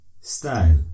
style